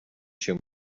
się